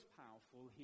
powerful